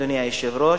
אדוני היושב-ראש,